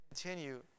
continue